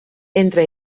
entre